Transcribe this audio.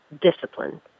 discipline